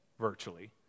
virtually